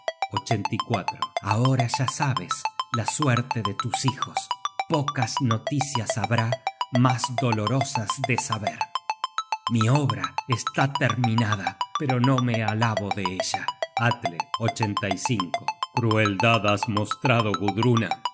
por tus muelas ahora ya sabes la suerte de tus hijos pocas noticias habrá mas dolorosas de saber mi obra está terminada pero no me alabo de ella atle crueldad has mostrado